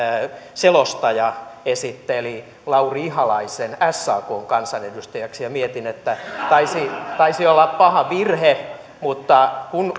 selostaja esitteli lauri ihalaisen sakn kansanedustajaksi mietin että taisi taisi olla paha virhe mutta kun